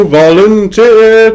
volunteer